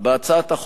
בהצעת החוק ההיא: